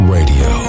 Radio